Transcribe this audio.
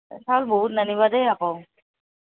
চাউল বহুত নানিবা দেই আকৌ